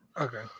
Okay